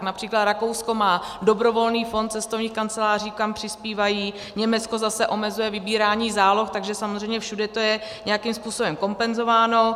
Například Rakousko má dobrovolný fond cestovních kanceláří, kam přispívají, Německo zase omezuje vybírání záloh, takže samozřejmě všude to je nějakým způsobem kompenzováno.